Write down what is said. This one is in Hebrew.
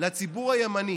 לציבור הימני,